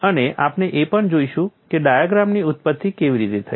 અને આપણે એ પણ જોઈશું કે આ ડાયાગ્રામની ઉત્પત્તિ કેવી રીતે થઈ